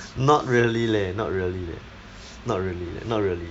not really leh not really leh not really leh not really